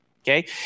Okay